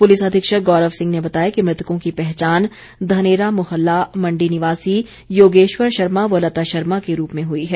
police अधीक्षक गौरव सिंह ने बताया कि मृतकों की पहचान धनेरा मोहल्ला मंडी निवासी योगेश्वर शर्मा व लता शर्मा के रूप में हुई है